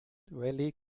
valley